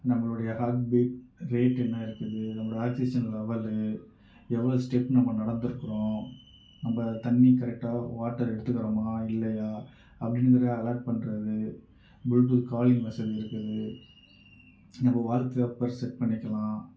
நம்மளுடைய heartbeat rate என்ன இருக்குது நம்ம ஆக்சிஜன் லெவலு எவ்வளோ ஸ்டெப் நம்ம நடந்திருக்குறோம் நம்ப தண்ணி கரெக்டாக வாட்டர் எடுத்துக்கிறோமா இல்லையா அப்படிங்கிறத அலார்ட் பண்றது ப்ளூடூத் காலிங் வசதி இருக்குது இப்போ வால்பேப்பர் செட் பண்ணிக்கலாம்